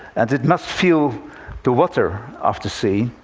and it must feel the water of the sea.